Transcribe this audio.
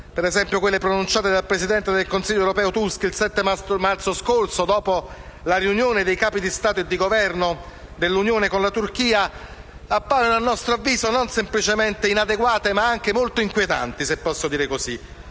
ad esempio quelle pronunciate dal presidente del Consiglio europeo Tusk, il 7 marzo scorso, dopo la riunione dei Capi di Stato e di Governo dell'Unione europea con la Turchia - appaiono - a nostro avviso - non semplicemente inadeguate, ma anche molto inquietanti. Diceva Tusk che